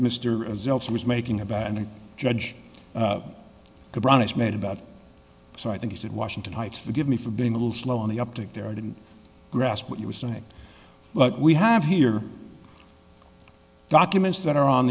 mr as also was making about a judge brown is made about so i think he said washington heights forgive me for being a little slow on the uptick there i didn't grasp what you were saying but we have here documents that are on